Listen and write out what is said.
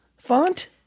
font